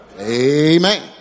Amen